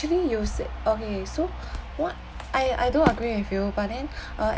you said okay so what I I don't agree with you but then uh